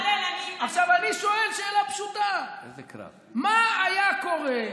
עכשיו, אני שואל שאלה פשוטה: מה היה קורה,